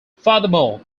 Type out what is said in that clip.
furthermore